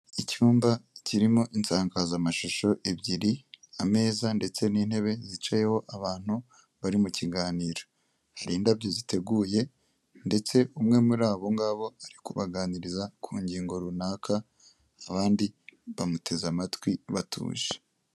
Icyumba kirimo insakazamashusho ebyiri, ameza ndetse n'intebe zicayeho abantu bari mu kiganiro, hari indabyo ziteguye ndetse umwe muri abo ngabo ari kubaganiriza ku ngingo runaka, abandi bamuteze amatwi batuje.